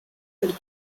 del